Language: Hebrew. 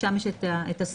שם יש את השפות.